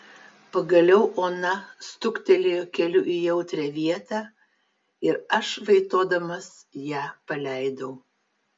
pagaliau ona stuktelėjo keliu į jautrią vietą ir aš vaitodamas ją paleidau